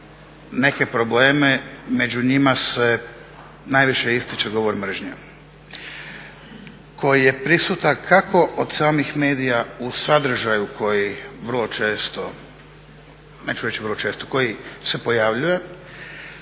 neke probleme, među njima se najviše ističe govor mržnje koji je prisutan kako od samih medija u sadržaju koji vrlo često,